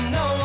no